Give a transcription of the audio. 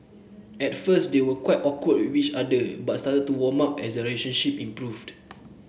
at first they were quite awkward with each other but started to warm up as their relationship improved